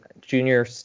junior